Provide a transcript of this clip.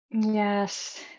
Yes